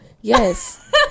Yes